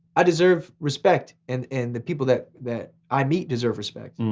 i deserve respect and and the people that that i meet deserve respect. and